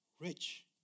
rich